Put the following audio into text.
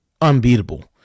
unbeatable